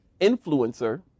influencer